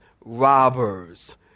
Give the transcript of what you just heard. robbers